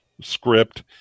script